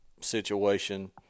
situation